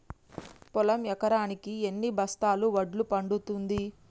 పొలం ఎకరాకి ఎన్ని బస్తాల వడ్లు పండుతుంది?